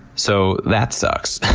so, that sucks.